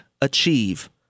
achieve